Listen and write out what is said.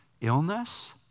illness